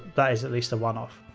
that is at least a one off.